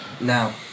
now